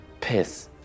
piss